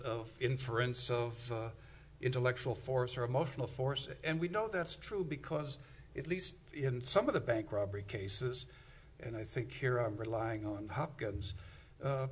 of inference of intellectual force or emotional force and we know that's true because it least in some of the bank robbery cases and i think your are relying on hopkins